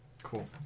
Cool